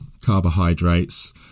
carbohydrates